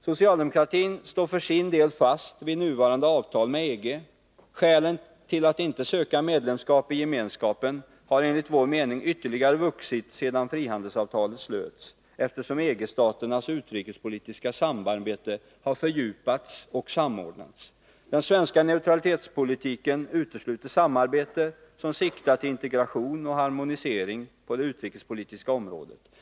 Socialdemokratin står för sin del fast vid nuvarande avtal med EG. Skälen till att inte söka medlemskap i Gemenskapen har enligt vår mening ytterligare vuxit sedan frihandelsavtalet slöts, eftersom EG-staternas utrikespolitiska samarbete har fördjupats och samordnats. Den svenska neutralitetspolitiken utesluter samarbete som siktar till integration och harmonisering på det utrikespolitiska området.